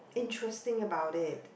interesting about it